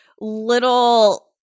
little –